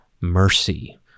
mercy